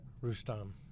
Rustam